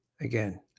Again